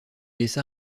laissa